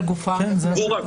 פר קבורה.